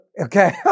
Okay